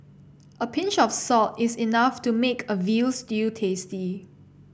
a pinch of salt is enough to make a veal stew tasty